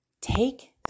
take